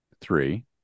Three